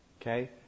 Okay